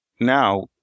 now